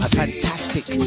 fantastic